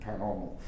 paranormal